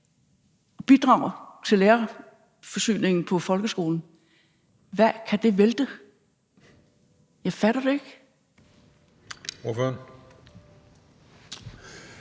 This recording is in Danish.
bidrager til lærerforsyningen i folkeskolen, hvad kan det vælte? Jeg fatter det ikke.